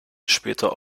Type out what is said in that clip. später